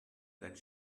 that